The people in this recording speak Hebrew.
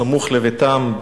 סמוך לביתם,